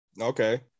Okay